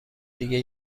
دیگه